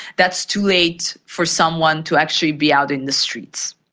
that's too late for someone to actually be out in the streets.